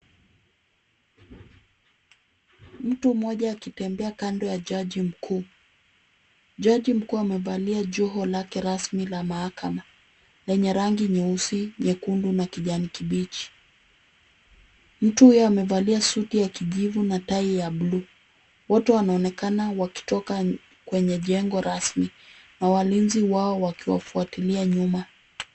Mtu mmoja akitembea kando ya jaji mkuu. Jaji mkuu amevalia joho lake rasmi la mahakama lenye rangi nyeusi, nyekundu na kijani kibichi. Mtu huyo amevalia suti ya kijivu na tai ya blue . Wote wanaonekana wakitoka kwenye jengo rasmi na walinzi wao wakiwafuatilia nyuma.